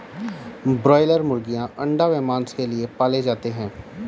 broiler मुर्गीयां अंडा व मांस के लिए पाले जाते हैं